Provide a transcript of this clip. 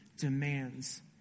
demands